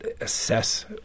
assess